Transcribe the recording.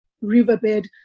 Riverbed